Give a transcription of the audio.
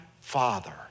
father